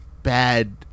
Bad